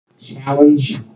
Challenge